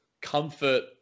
comfort